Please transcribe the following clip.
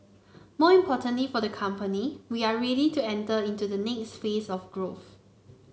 more importantly for the company we are ready to enter into the next phase of growth